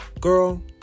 girl